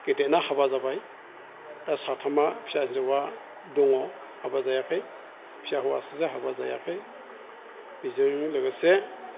गेदेरना हाबा जाबाय दा साथामआ फिसा हिनजावा दङ हाबा जायाखै फिसा हौवा सासे हाबा जायाखै बिजों लोगोसे